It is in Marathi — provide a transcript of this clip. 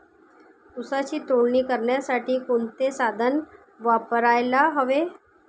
ऊसाची तोडणी करण्यासाठी कोणते साधन वापरायला हवे?